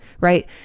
right